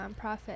nonprofit